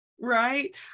right